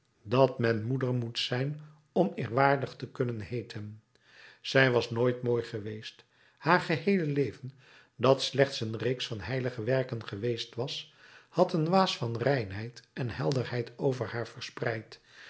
dat men moeder moet zijn om eerwaardig te kunnen heeten zij was nooit mooi geweest haar geheele leven dat slechts een reeks van heilige werken geweest was had een waas van reinheid en helderheid over haar verspreid